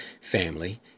family